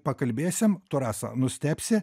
pakalbėsim tu rasa nustebsi